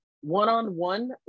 one-on-one